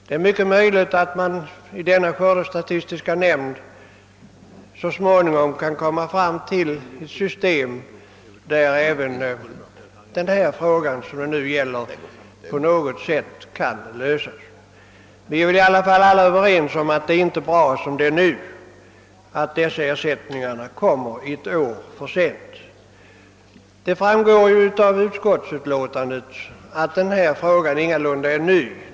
Det är mycket möjligt att skördestatistiska nämnden så småningom kan komma fram till ett system som möjliggör att även den här frågan på något sätt kan lösas. Vi är ju alla överens om att det inte är bra att ersättningarna som nu är fallet utbetalas ett år för sent. Av utskottsutlåtandet framgår att denna fråga ingalunda är ny.